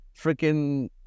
freaking